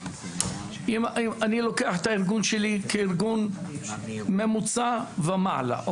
אני לוקח את הארגון שלי כארגון ממוצע ומעלה,